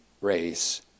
race